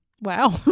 Wow